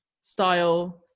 style